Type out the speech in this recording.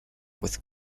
with